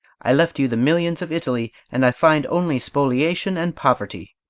i left you the millions of italy, and i find only spoliation and poverty.